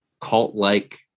cult-like